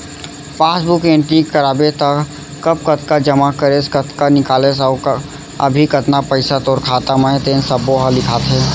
passbook entry कराबे त कब कतका जमा करेस, कतका निकालेस अउ अभी कतना पइसा तोर खाता म हे तेन सब्बो ह लिखाथे